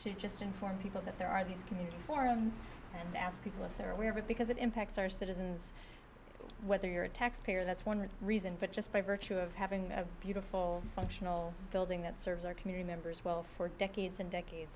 to just inform people that there are these community forums and ask people if they're aware of it because it impacts our citizens whether you're a taxpayer that's one reason but just by virtue of having a beautiful functional building that serves our community members well for decades and decades